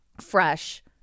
fresh